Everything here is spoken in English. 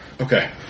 Okay